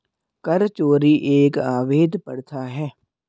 कर चोरी एक अवैध प्रथा है